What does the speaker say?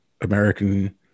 American